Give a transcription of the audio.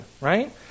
right